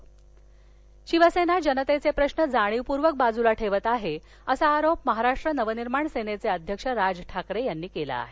यवतमाळ शिवसेना जनतेचे प्रश्न जाणीवपूर्वक बाजूला ठेवत आहे असा आरोप महाराष्ट्र नवनिर्माण सेनेचे अध्यक्ष राज ठाकरे यांनी केला आहे